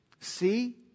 See